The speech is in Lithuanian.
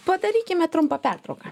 padarykime trumpą pertrauką